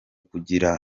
kugira